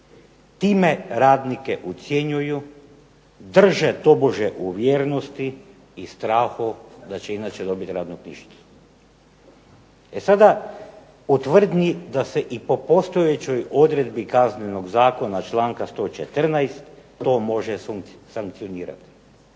time radnike ucjenjuju, drže tobože u vjernost i strahu da će inače dobiti radnu knjižicu. E sada u tvrdnji da se po postojećoj odredbi Kaznenog zakona članka 114. to može sankcionirati,